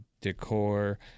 decor